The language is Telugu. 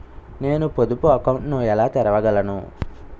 నేను పొదుపు అకౌంట్ను ఎలా తెరవగలను?